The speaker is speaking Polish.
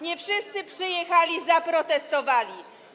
Nie wszyscy przyjechali, zaprotestowali.